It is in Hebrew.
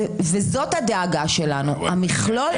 זו הדאגה שלנו, המכלול השלם.